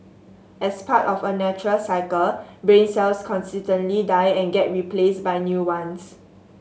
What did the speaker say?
as part of a natural cycle brain cells constantly die and get replaced by new ones